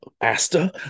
Asta